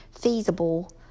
feasible